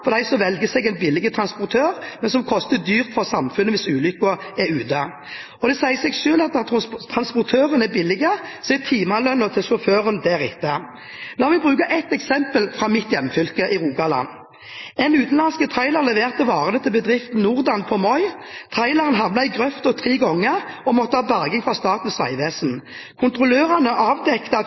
for dem som velger en billig transportør, men som koster dyrt for samfunnet hvis ulykken er ute. Og det sier seg selv at når transportøren er billig, er timelønna til sjåføren deretter. La meg bruke et eksempel fra mitt hjemfylke, Rogaland. En utenlandsk trailer leverte varer til bedriften NorDan på Moi. Traileren havnet i grøfta tre ganger og måtte ha berging fra Statens vegvesen. Kontrollører avdekket at